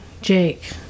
Jake